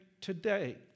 today